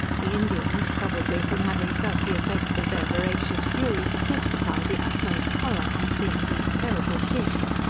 the indians, probably from having felt the effects of their voracious fury, testify the utmost horror on seeing these terrible fish.